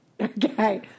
okay